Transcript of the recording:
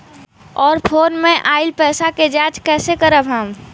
और फोन से आईल पैसा के जांच कैसे करब हम?